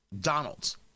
Donalds